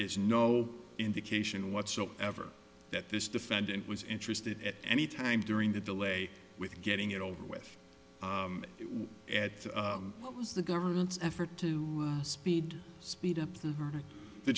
is no indication whatsoever that this defendant was interested at any time during the delay with getting it over with was the government's effort to speed speed up th